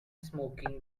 smoking